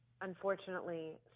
unfortunately